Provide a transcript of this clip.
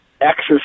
exercise